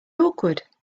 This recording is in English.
awkward